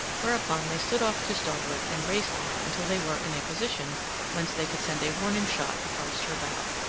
whereupon they stood off to starboard and raced on until they were in a position whence they could send a warning shot across her bow.